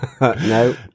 No